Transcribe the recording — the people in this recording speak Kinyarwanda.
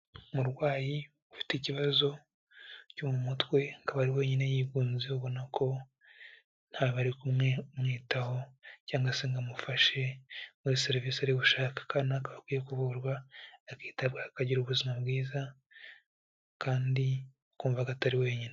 Umurwayi ufite ikibazo cyo mu mutwe akaba ari wenyine yigunze ubona ko ntawe bari kumwe umwitaho cyangwa se ngo amufashe muri serivisi ari gushaka, kandi na we akaba akwiye ku kuvurwa, akitabwaho akagira ubuzima bwiza, kandi akumva ko atari wenyine.